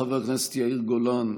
חבר הכנסת יאיר גולן,